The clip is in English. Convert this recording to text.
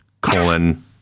colon